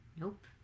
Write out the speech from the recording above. Nope